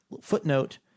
footnote